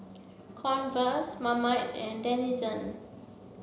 Converse Marmite and Denizen